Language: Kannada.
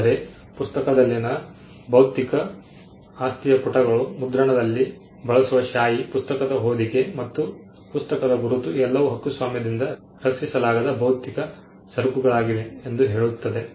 ಆದರೆ ಪುಸ್ತಕದಲ್ಲಿನ ಭೌತಿಕ ಆಸ್ತಿಯ ಪುಟಗಳು ಮುದ್ರಣದಲ್ಲಿ ಬಳಸುವ ಶಾಯಿ ಪುಸ್ತಕದ ಹೊದಿಕೆ ಮತ್ತು ಪುಸ್ತಕದ ಗುರುತು ಎಲ್ಲವೂ ಹಕ್ಕುಸ್ವಾಮ್ಯದಿಂದ ರಕ್ಷಿಸಲಾಗದ ಭೌತಿಕ ಸರಕುಗಳಾಗಿವೆ ಎಂದು ಹೇಳುತ್ತದೆ